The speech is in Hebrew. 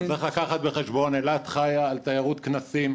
צריך לקחת בחשבון שאילת חייה על תיירות כנסים,